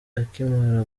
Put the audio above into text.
akimara